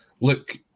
look